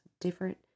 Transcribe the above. different